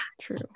true